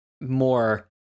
more